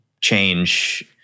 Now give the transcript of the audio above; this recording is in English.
change